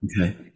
Okay